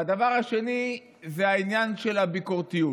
והדבר השני הוא העניין של הביקורתיות.